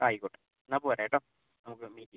ആയിക്കോട്ടെ എന്നാൽ പോരൂ കേട്ടോ നമുക്ക് മീറ്റ് ചെയ്യാം